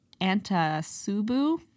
antasubu